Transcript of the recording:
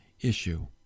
issue